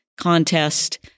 contest